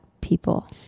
people